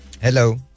Hello